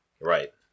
Right